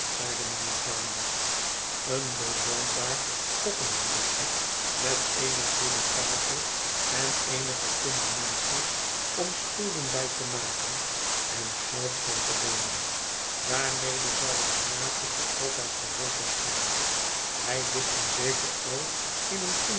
mijnheer jarndyce een bewoonbaar poppenhuisje meteene goede tafel en eenige tinnen menschjes om schulden bij te maken en geld van te leenen daarmede zou het knaapje voor altijd geholpen zijn hij ligt nu zeker al in een